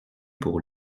pour